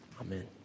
Amen